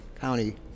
county